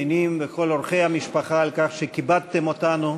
הנינים וכל אורחי המשפחה על כך שכיבדתם אותנו